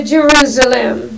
Jerusalem